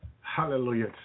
Hallelujah